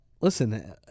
listen